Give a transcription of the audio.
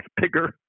bigger